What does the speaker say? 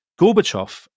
Gorbachev